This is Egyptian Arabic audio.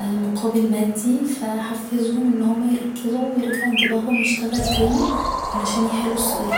مقابل مادي ف احفزهم ان هما يركزوا و يرجع انتباههم يشتغل تاني علشان يحلوا السؤال